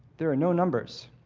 there are no numbers,